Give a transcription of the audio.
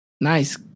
Nice